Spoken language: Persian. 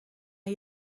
جان